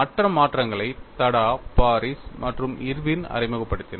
மற்ற மாற்றங்களை தடா பாரிஸ் மற்றும் இர்வின் அறிமுகப்படுத்தினர்